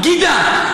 בגידה.